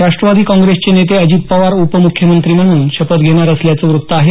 राष्ट्रवादी काँग्रेसचे नेते अजित पवार उपमुख्यमंत्री म्हणून शपथ घेणार असल्याचं वृत्त आहे